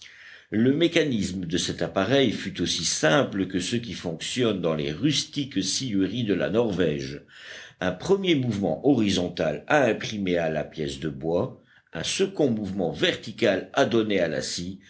le mécanisme de cet appareil fut aussi simple que ceux qui fonctionnent dans les rustiques scieries de la norvège un premier mouvement horizontal à imprimer à la pièce de bois un second mouvement vertical à donner à